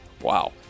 wow